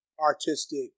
artistic-